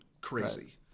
crazy